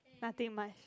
nothing much